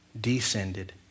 descended